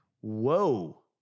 whoa